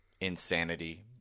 insanity